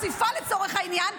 לצורך העניין,